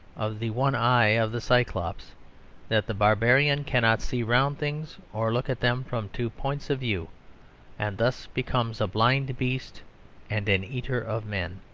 of the one eye of the cyclops that the barbarian cannot see round things or look at them from two points of view and thus becomes a blind beast and an eater of men.